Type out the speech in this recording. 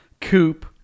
coupe